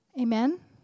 Amen